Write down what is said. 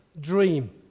dream